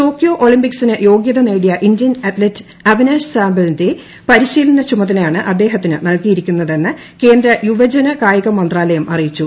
Tokyo ഒളിമ്പിക്സിനു യോഗ്യത നേടിയ ഇന്ത്യൻ അത്ലറ്റ് അവിനാഷ് സാമ്പിളിന്റെ പരിശീലനച്ചുമതലയാണ് അദ്ദേഹത്തതിനു നല്കിയിരിക്കുന്നതെന്ന് കേന്ദ്ര യുവജനകായിക മന്ത്രാലയം അറിയിച്ചു